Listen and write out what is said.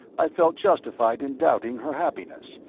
i felt justified in doubting her happiness,